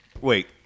Wait